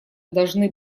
должны